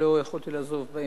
שלא יכולתי לעזוב באמצע,